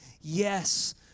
yes